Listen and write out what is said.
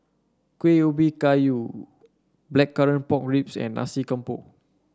Kueh Ubi Kayu Blackcurrant Pork Ribs and Nasi Campur